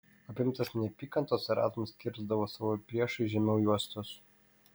apimtas neapykantos erazmas kirsdavo savo priešui žemiau juostos